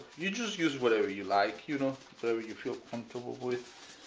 you just use whatever you like, you know whatever you feel comfortable with.